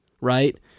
right